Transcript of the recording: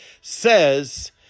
says